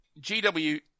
GW